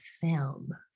film